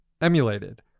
emulated